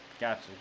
gotcha